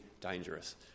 dangerous